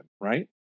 right